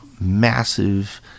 massive